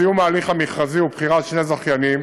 סיום הליך המכרז ובחירת שני זכיינים